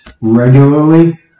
regularly